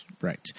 Right